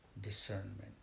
discernment